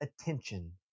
attention